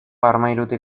armairutik